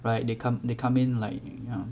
right they come they come in like you know